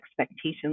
expectations